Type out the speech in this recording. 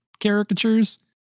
caricatures